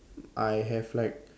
I have like